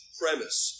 premise